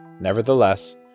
Nevertheless